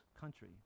country